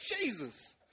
Jesus